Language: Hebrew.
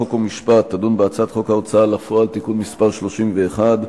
חוק ומשפט תדון בהצעת חוק ההוצאה לפועל (תיקון מס' 31),